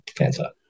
answer